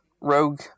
Rogue